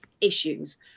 issues